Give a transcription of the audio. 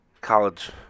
college